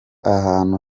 ahantu